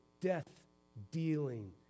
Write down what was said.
death-dealing